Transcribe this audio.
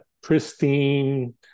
pristine